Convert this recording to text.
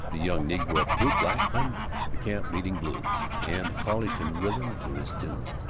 the young negro bootblack hummed the camp meeting blues and polished in rhythm to his tune,